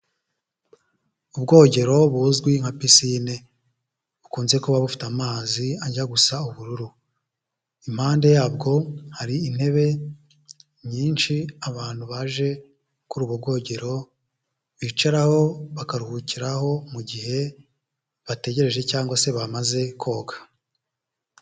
Ubwogero buzwi nka pisine bukunze kuba bufite amazi ajya gusa ubururu, impande yabwo hari intebe nyinshi abantu baje kuri ubwo bwogero bicaraho bakaruhukiraho mu gihe bategereje cyangwa se bamaze koga.